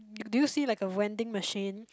do you see like a vending machine